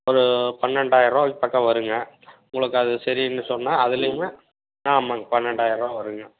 ஒரு பன்னெண்டாய ரூவா பக்கம் வரும்ங்க உங்களுக்கு அது சரினு சொன்னா அதுலையுமே ஆமாம்ங்க பன்னெண்டாய ரூபா வருங்க